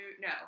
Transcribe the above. no